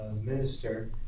minister